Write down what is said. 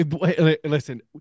Listen